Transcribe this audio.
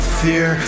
fear